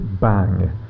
bang